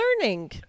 learning